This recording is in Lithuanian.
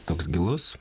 toks gilus